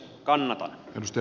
kannatan mistä